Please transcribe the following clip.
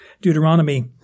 Deuteronomy